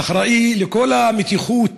אחראי לכל המתיחות,